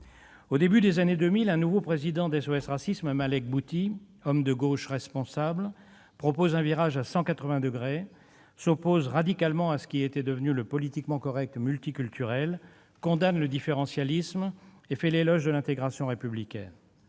Au début des années 2000, un nouveau président de SOS Racisme, Malek Boutih, homme de gauche responsable, propose un virage à 180 degrés, s'oppose radicalement à ce qui était devenu le politiquement correct multiculturel, condamne le différentialisme et fait l'éloge de l'intégration républicaine.